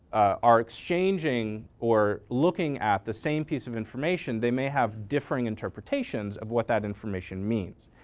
are exchanging or looking at the same piece of information they may have differing interpretations of what that information means.